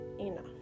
enough